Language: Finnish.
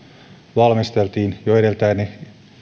valmisteltiin jo edeltäjäni